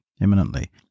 imminently